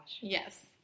Yes